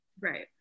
Right